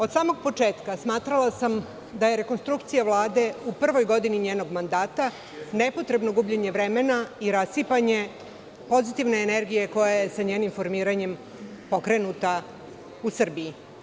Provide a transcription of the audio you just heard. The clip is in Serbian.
Od samog početka smatrala sam da je rekonstrukcija Vlade u prvoj godini njenog mandata nepotrebno gubljenje vremena i rasipanje pozitivne energije koja je sa njenim formiranjem pokrenuta u Srbiji.